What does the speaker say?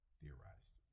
theorized